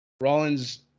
Rollins